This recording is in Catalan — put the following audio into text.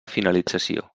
finalització